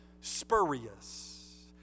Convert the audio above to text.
spurious